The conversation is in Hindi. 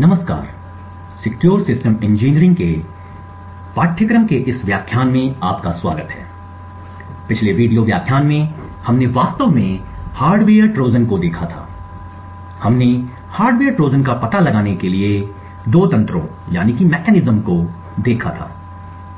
नमस्ते सिक्योर सिस्टम इंजीनियरिंग के पाठ्यक्रम के इस व्याख्यान में आपका स्वागत है पिछले वीडियो व्याख्यान में हमने वास्तव में हार्डवेयर ट्रोजन को देखा था हमने हार्डवेयर ट्रोजन का पता लगाने के लिए दो तंत्रों को देखा था